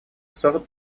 сорт